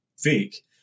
fake